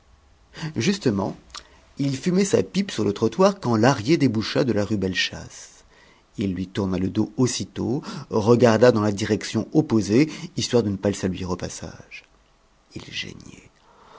justement il fumait sa pipe sur le trottoir quand lahrier déboucha de la rue bellechasse il lui tourna le dos aussitôt regarda dans la direction opposée histoire de ne le pas saluer au passage il